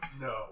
No